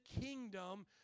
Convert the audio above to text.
kingdom